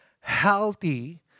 Healthy